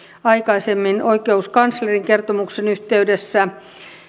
aikaisemmin oikeuskanslerin kertomuksen yhteydessä